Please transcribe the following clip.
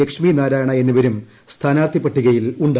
ലക്ഷ്മി നാരായണ എന്നിവരും സ്ഥാനാർത്ഥി പട്ടികയിൽ ഉണ്ട്